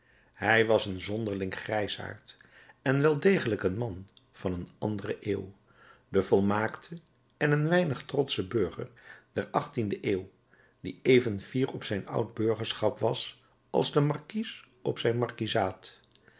hij was een zonderling grijsaard en wel degelijk een man van een andere eeuw de volmaakte en een weinig trotsche burger der achttiende eeuw die even fier op zijn oud burgerschap was als de markies op zijn markiezaat